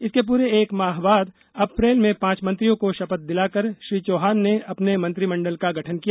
इसके पूरे एक माह बाद अप्रैल में पांच मंत्रियों को शपथ दिलाकर श्री चौहान ने अपने मंत्रिमंडल का गठन किया